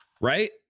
right